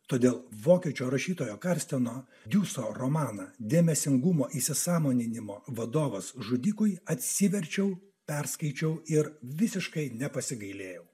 todėl vokiečių rašytojo karsteno diuso romaną dėmesingumo įsisąmoninimo vadovas žudikui atsiverčiau perskaičiau ir visiškai nepasigailėjau